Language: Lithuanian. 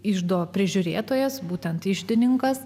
iždo prižiūrėtojas būtent iždininkas